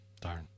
Darn